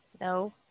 No